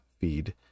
feed